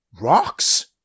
Rocks